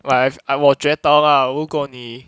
like I've 我觉得 lah 如果你